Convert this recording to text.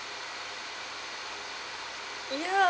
ya